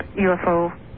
UFO